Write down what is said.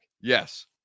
yes